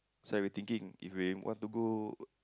so I were thinking if we want to go